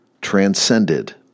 transcended